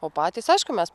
o patys aišku mes